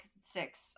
six